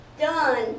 done